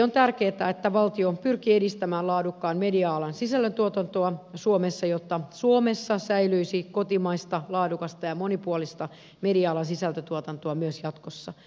on tärkeätä että valtio pyrkii edistämään laadukkaan media alan sisällöntuotantoa suomessa jotta suomessa säilyisi kotimaista laadukasta ja monipuolista media alan sisältötuotantoa myös jatkossa